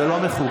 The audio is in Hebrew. זה לא מכובד.